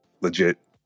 Legit